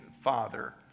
Father